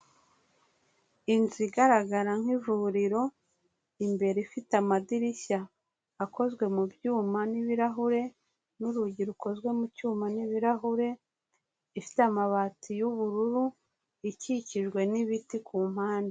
Inzu igaragara nk'ivuriro, imbere ifite amadirishya, akozwe mu byuma n'ibirahure, n'urugi rukozwe mu cyuma n'ibirahure, ifite amabati y'ubururu, ikikijwe n'ibiti ku mpande.